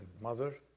mother